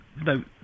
No